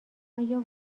آیا